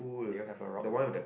do you have a rock pool